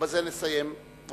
ובזה נסיים.